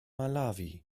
malawi